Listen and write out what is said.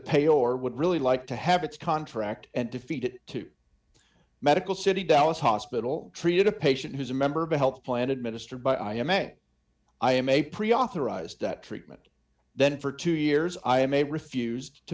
pay or would really like to have its contract and defeat it to medical city dallas hospital treated a patient who's a member of a health plan administered by i m a i m a pre authorized treatment then for two years i am a refused to